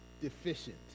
deficient